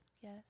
Yes